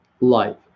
life